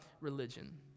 religion